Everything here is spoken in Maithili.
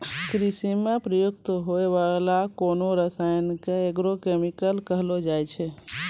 कृषि म प्रयुक्त होय वाला कोनो रसायन क एग्रो केमिकल कहलो जाय छै